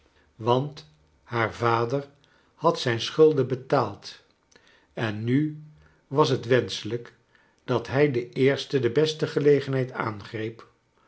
want haar vader had zijn schulden betaald en nu was het wenschelijk dat hij de eerste de beste gelegenheid aangreep